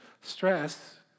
Stress